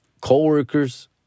co-workers